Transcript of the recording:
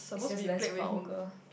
it's just less vulgar